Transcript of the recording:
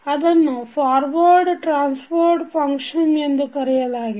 ಅದನ್ನು forward transfer function ಎಂದುಕರೆಯಲಾಗುತ್ತದೆ